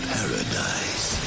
Paradise